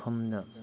ꯃꯐꯝꯗ